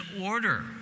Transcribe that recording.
order